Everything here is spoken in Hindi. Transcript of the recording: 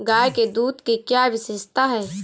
गाय के दूध की क्या विशेषता है?